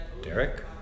Derek